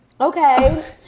Okay